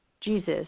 Jesus